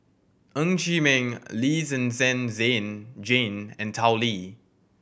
Ng Chee Meng Lee Zhen Zhen Jane and Tao Li